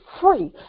free